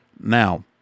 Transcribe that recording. Now